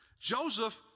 Joseph